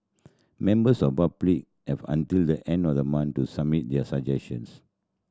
members of public have until the end of the month to submit their suggestions